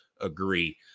agree